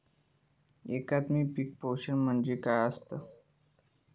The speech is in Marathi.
एकात्मिक पीक पोषण म्हणजे काय असतां?